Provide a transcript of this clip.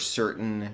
certain